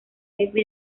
jefe